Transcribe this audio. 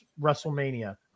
WrestleMania